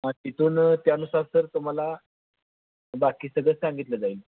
मग तिथून त्यानुसार सर तुम्हाला बाकी सगळं सांगितलं जाईल